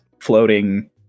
floating